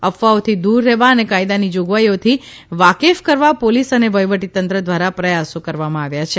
અફવાઓથી દુર રહેવા અને કાયદાની જોગવાઇઓથી વાકેફ કરવા પોલીસ અને વહીવટી તંત્ર ધ્વારા પ્રથાસો કરવામાં આવ્યા છે